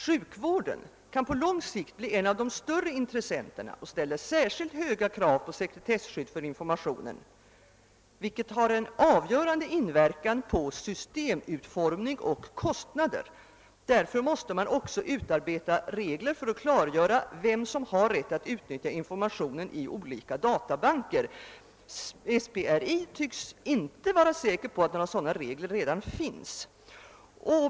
Sjukvården kan på lång sikt bli en av de större intressenterna och ställer särskilt höga krav på sekretesskydd för informationen, vilket har en avgörande inverkan på systemutformning och kostnader. Därför måste man också utarbeta regler för att klargöra vem som har rätt att utnyttja informationen i olika databanker.» SPRI tycks inte vara säker på att några sådana regler redan finns.